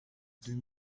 deux